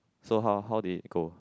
so how how they go